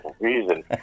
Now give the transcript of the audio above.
reason